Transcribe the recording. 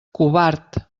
covard